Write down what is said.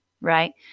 right